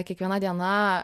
kiekviena diena